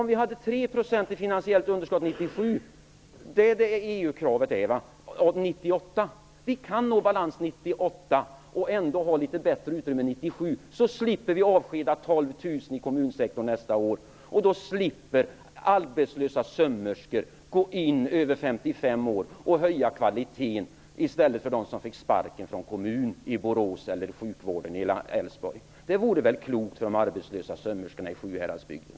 Om vi hade 3 % i finansiellt underskott 1997, vilket är EU-kravet 1998, kan vi nå balans 1998 och ändå ha litet bättre utrymme 1997 så slipper vi avskeda 12 000 inom kommunsektorn nästa år. Då slipper arbetslösa sömmerskor över 55 år gå in och höja kvaliteten i stället för dem som fick sparken från kommunen i Borås eller från sjukvården i Älvsborg. Det vore väl klokt för de arbetslösa sömmerskorna i Sjuhäradsbygden?